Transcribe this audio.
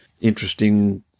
Interesting